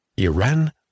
Iran